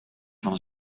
van